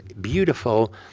beautiful